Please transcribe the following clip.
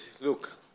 look